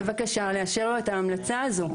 בבקשה לאשר לו את ההמלצה הזאת.